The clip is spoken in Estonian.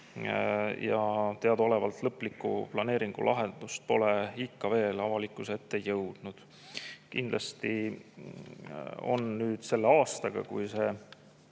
ja teadaolevalt pole lõplik planeeringulahendus ikka veel avalikkuse ette jõudnud. Kindlasti on selle aastaga, kui see